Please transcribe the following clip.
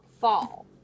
fall